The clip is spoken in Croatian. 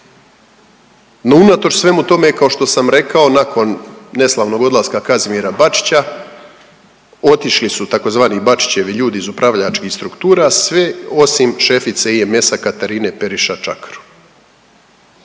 No, unatoč svemu tome kao što sam rekao nakon neslavnog odlaska Kazimira Bačića otišli su tzv. Bačićevi ljudi iz upravljačkih struktura svi osim šefice IMS-a Katarine Periša Čakarun.